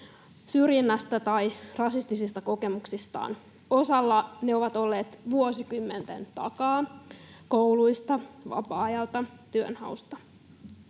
syrjinnästä tai rasistisista kokemuksistaan. Osalla ne ovat olleet vuosikymmenten takaa: kouluista, vapaa-ajalta, työnhausta.